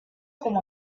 como